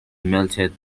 melted